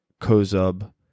Kozub